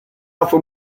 offre